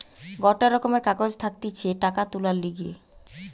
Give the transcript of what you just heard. গটে রকমের কাগজ থাকতিছে টাকা তুলার লিগে